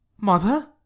Mother